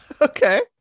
Okay